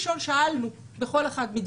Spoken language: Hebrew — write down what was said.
ושאלנו בכל אחד: